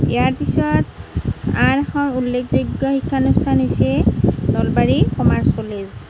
ইয়াৰ পিছত আন এখন উল্লেখযোগ্য শিক্ষানুষ্ঠান হৈছে নলবাৰী কমাৰ্চ কলেজ